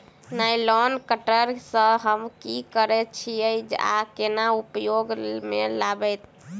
Nylon cutter सँ हम की करै छीयै आ केना उपयोग म लाबबै?